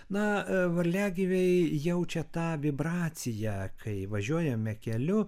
na varliagyviai jaučia tą vibraciją kai važiuojame keliu